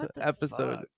episode